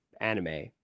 anime